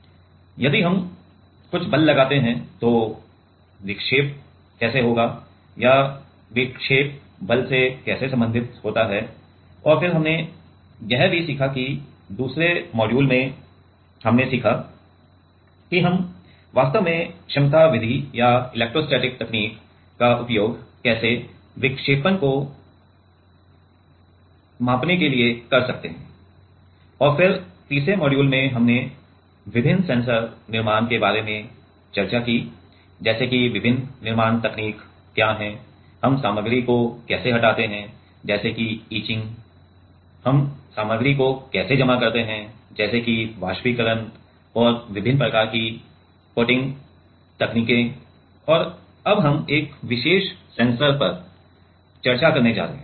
यदि हम कुछ बल लगाते हैं तो विक्षेप कैसे होगा या विक्षेप बल से कैसे संबंधित होता है और फिर हमने यह भी सीखा कि दूसरे मॉड्यूल में हमने सीखा कि हम वास्तव में क्षमता विधि या इलेक्ट्रोस्टैटिक तकनीक का उपयोग करके विक्षेपण को कैसे माप सकते हैं और फिर तीसरे मॉड्यूल में हमने विभिन्न सेंसर निर्माण के बारे में चर्चा की जैसे कि विभिन्न निर्माण तकनीक क्या हैं हम सामग्री को कैसे हटाते हैं जैसे की इचिंग हम सामग्री को कैसे जमा करते हैं जैसे कि वाष्पीकरण और विभिन्न प्रकार की कोटिंग तकनीकें और अब हम एक विशेष सेंसर पर चर्चा करने जा रहे हैं